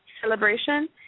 celebration